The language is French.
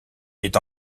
est